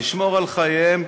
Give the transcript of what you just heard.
לשמור על חייהם,